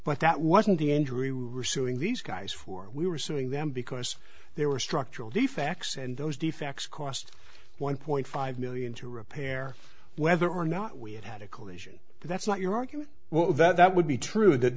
but that wasn't the injury we're suing these guys for we were suing them because they were structural defects and those defects cost one point five million to repair whether or not we had had a collision that's not your argument well that would be true th